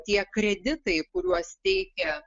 tie kreditai kuriuos teikia